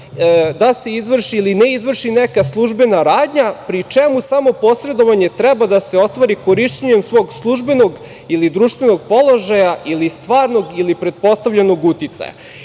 da se izvrši ili ne izvrši neka službena radnja, pri čemu samo posredovanje treba da se ostvari korišćenjem svog službenog ili društvenog položaja ili stvarnog ili pretpostavljenog